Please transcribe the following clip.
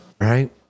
Right